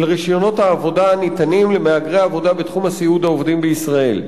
של רשיונות העבודה הניתנים למהגרי העבודה בתחום הסיעוד העובדים בישראל.